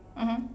mmhmm